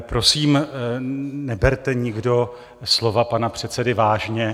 Prosím, neberte nikdo slova pana předsedy vážně.